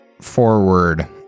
forward